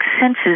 senses